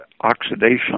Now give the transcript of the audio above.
oxidation